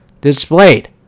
displayed